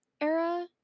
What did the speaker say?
era